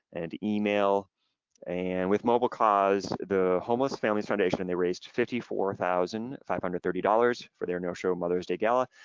and email and with mobilecause the homeless families foundation they raised fifty four thousand five hundred and thirty dollars for their no show mother's day gala,